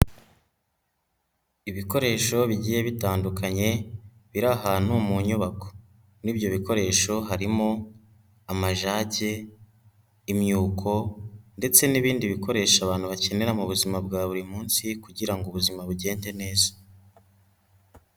Ibikoresho bigiye bitandukanye biri ahantu mu nyubako, muri ibyo bikoresho harimo amajage, imyuko ndetse n'ibindi bikoresho abantu bakenera mu buzima bwa buri munsi kugira ngo ubuzima bugende neza.